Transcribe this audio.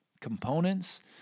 components